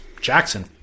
Jackson